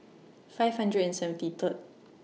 five hundred and seventy Third